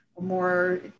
more